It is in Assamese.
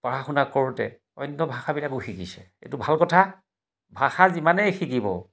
পঢ়া শুনা কৰোঁতে অন্য ভাষাবিলাকো শিকিছে এইটো ভাল কথা ভাষা যিমানেই শিকিব